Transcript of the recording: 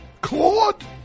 Claude